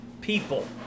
people